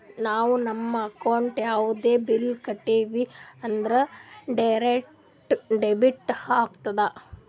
ನಾವು ನಮ್ ಅಕೌಂಟ್ಲೆ ಯಾವುದೇ ಬಿಲ್ ಕಟ್ಟಿವಿ ಅಂದುರ್ ಡೈರೆಕ್ಟ್ ಡೆಬಿಟ್ ಆತ್ತುದ್